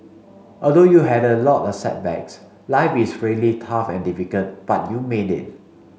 although you had a lot of setbacks life was really tough and difficult but you made it